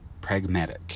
pragmatic